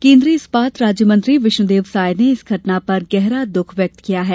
केन्द्रीय इस्पात राज्य मंत्री विष्णुदेव साय ने इस घटना पर गहरा दुःख व्यक्त किया है